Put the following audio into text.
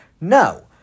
No